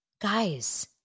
Guys